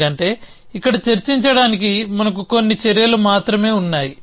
ఎందుకంటే ఇక్కడ చర్చించడానికి మనకు కొన్ని చర్యలు మాత్రమే ఉన్నాయి